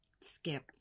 Skip